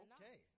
Okay